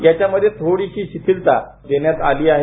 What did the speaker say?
ह्याच्यामध्ये थोडीशी शिथिलता देण्यात आली आहे